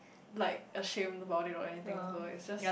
like ashamed about it or anything also right it's just